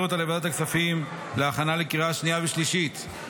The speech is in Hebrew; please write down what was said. אותה לוועדת הכספים להכנה לקריאה שנייה ושלישית.